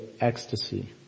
ecstasy